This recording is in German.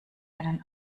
einen